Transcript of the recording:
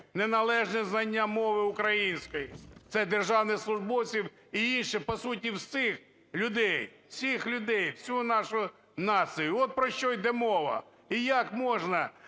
неналежне знання мови української. Це державних службовців і інших по суті всіх людей, всіх людей, всю нашу націю, от про що йде мова. І як можна